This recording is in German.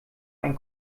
ein